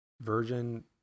virgin